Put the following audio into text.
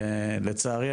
לצערי,